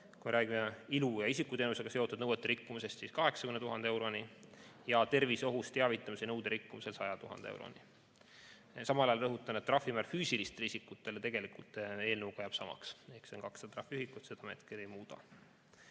kui räägime ilu‑ ja isikuteenusega seotud nõuete rikkumisest, siis 80 000 euroni, ja terviseohust teavitamise nõude rikkumisel 100 000 euroni. Samal ajal rõhutan, et trahvimäär füüsilistele isikutele jääb eelnõuga samaks, see on 200 trahviühikut ja seda me ei muuda.